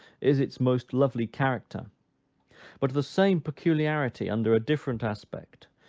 is its most lovely character but the same peculiarity, under a different aspect,